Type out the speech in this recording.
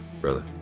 brother